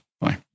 Bye